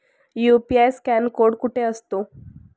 UPI scan code कुठे असतो?